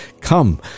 Come